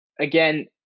again